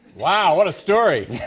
wow! what a story.